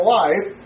life